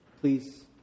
Please